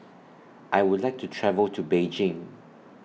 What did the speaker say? I Would like to travel to Beijing